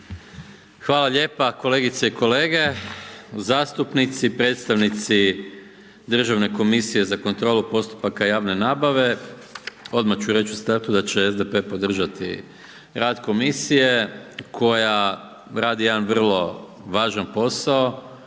Hvala lijepo. Kolegice i kolege, zastupnici, predstavnici Državne komisije za kontrolu postupaka javne nabave. Odmah ću reći u startu da će SDP podržati rad Komisije koja radi jedan vrlo važan posao